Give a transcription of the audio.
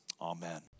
amen